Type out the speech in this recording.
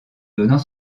donnant